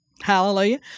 hallelujah